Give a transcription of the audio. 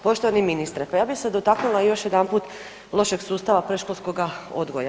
Poštovani ministre, pa ja bi se dotaknula još jedanput lošeg sustava predškolskoga odgoja.